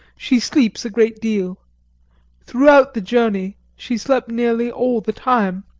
she sleeps a great deal throughout the journey she slept nearly all the time.